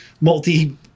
multi